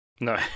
no